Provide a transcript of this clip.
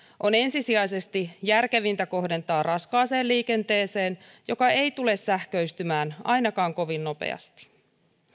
on järkevintä kohdentaa ensisijaisesti raskaaseen liikenteeseen joka ei tule sähköistymään ainakaan kovin nopeasti